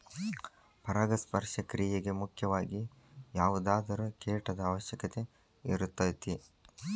ಪರಾಗಸ್ಪರ್ಶ ಕ್ರಿಯೆಗೆ ಮುಖ್ಯವಾಗಿ ಯಾವುದಾದರು ಕೇಟದ ಅವಶ್ಯಕತೆ ಇರತತಿ